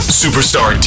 superstar